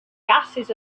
gases